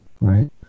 right